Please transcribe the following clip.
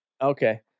Okay